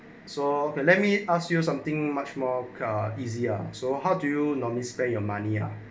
so let me ask you something much more car easy ah so how do you normally spend your money ah